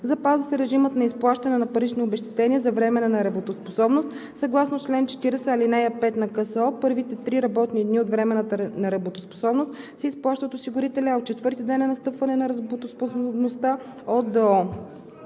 запазва се режимът на изплащане на паричните обезщетения за временна неработоспособност съгласно чл. 40, ал. 5 на КСО – първите три работни дни от временната неработоспособност се изплащат от осигурителя, а от 4-ия ден на настъпване на неработоспособността – от ДОО;